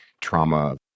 trauma